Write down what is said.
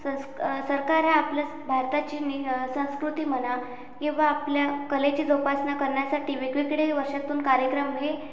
संस् सरकार हा आपल्या भारताची नि संस्कृती म्हणा किंवा आपल्या कलेची जोपासना करण्यासाठी वेगवेगळे वर्षातून कार्यक्रम हे